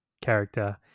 character